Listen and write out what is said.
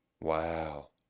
Wow